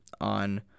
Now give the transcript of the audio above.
on